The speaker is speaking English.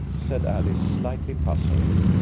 said alice, slightly puzzled.